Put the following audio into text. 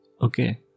okay